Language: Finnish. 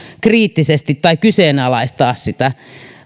kriittisesti tai kyseenalaistaa sitä